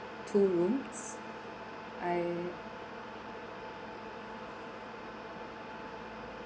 two rooms I